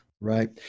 Right